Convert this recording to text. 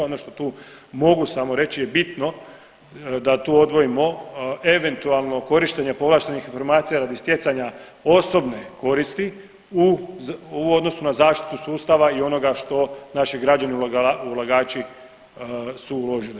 Ono što tu mogu samo reći je bitno da tu odvojimo eventualno korištenje povlaštenih informacija radi stjecanja osobne koristi u odnosu na zaštitu sustava i onoga što naši građani ulagači su uložili.